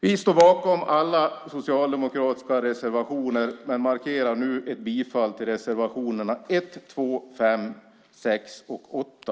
Vi står bakom alla socialdemokratiska reservationer men markerar nu med att yrka bifall till reservationerna 1, 2, 5, 6 och 8.